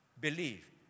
believe